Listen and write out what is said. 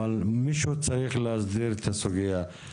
אבל מישהו צריך להסדיר את הסוגיה.